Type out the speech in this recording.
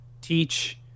teach